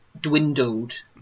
dwindled